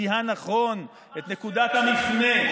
נתניהו זיהה נכון את נקודת המפנה,